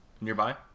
nearby